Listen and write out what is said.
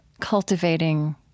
cultivating